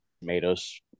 tomatoes